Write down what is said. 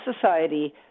society